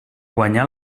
guanyar